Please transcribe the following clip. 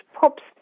pops